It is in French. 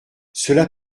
cela